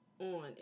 on